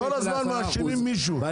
כל הזמן מאשימים מישהו, אתם גם אשמים.